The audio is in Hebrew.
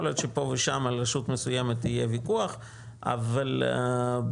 להיות שפה ושם יהיה עוד ויכוח אבל בגדול,